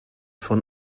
von